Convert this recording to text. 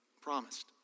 promised